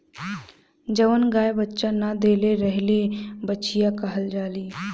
जवन गाय बच्चा न देले रहेली बछिया कहल जाली